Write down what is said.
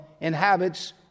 inhabits